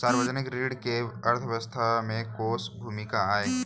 सार्वजनिक ऋण के अर्थव्यवस्था में कोस भूमिका आय?